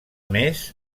més